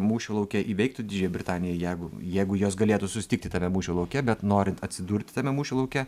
mūšio lauke įveiktų didžiąją britaniją jeigu jeigu jos galėtų susitikti tame mūšio lauke bet norint atsidurt tame mūšio lauke